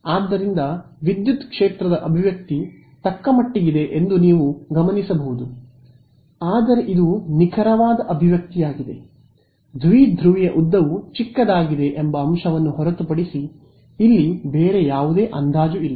ಆದ್ದರಿಂದ ವಿದ್ಯುತ್ ಕ್ಷೇತ್ರದ ಅಭಿವ್ಯಕ್ತಿ ತಕ್ಕಮಟ್ಟಿಗೆ ಭಯಾನಕವಾಗಿದೆ ಎಂದು ನೀವು ಗಮನಿಸಬಹುದು ಆದರೆ ಇದು ನಿಖರವಾದ ಅಭಿವ್ಯಕ್ತಿಯಾಗಿದೆ ದ್ವಿಧ್ರುವಿಯ ಉದ್ದವು ಚಿಕ್ಕದಾಗಿದೆ ಎಂಬ ಅಂಶವನ್ನು ಹೊರತುಪಡಿಸಿ ಇಲ್ಲಿ ಬೇರೆ ಯಾವುದೇ ಅಂದಾಜು ಇಲ್ಲ